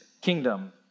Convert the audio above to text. kingdom